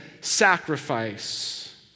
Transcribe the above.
sacrifice